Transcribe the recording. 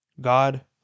God